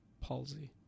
palsy